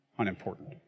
unimportant